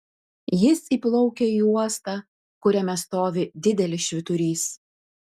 jis įplaukia į uostą kuriame stovi didelis švyturys